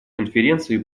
конференции